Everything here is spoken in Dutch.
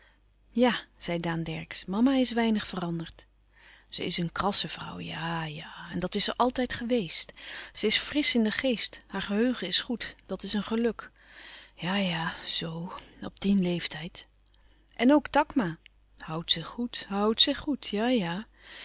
ja zei daan dercksz mama is weinig veranderd ze is een krasse vrouw ja-ja en dat is ze altijd geweest ze is frisch in den geest haar geheugen is goed dat is een geluk ja-ja zoo op dien leeftijd en ook takma houdt zich goed houdt zich goed ja-ja